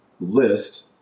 list